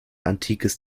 antikes